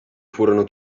furono